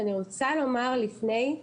ואני רוצה לומר לפני,